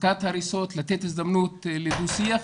הפסקת הריסות, לתת הזדמנות לדו שיח.